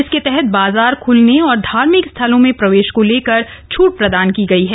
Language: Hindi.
इसके तहत बाजार ख्लने और धार्मिक स्थलों में प्रवेश को लेकर छूट प्रदान की गई है